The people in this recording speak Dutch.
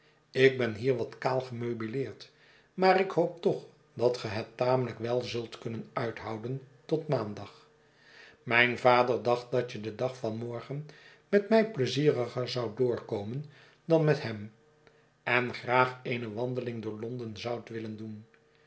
ik ben hier wat kaal gemeubileerd maar ik hoop toch dat ge het tarrielijk wel zult kunnen uithouden tot maandag mijn vader dacht dat je den dag van morgen met mij pleizieriger zoudt doorkomen dan met hem en graag eene wandeling door londen zoudt willen doen